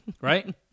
right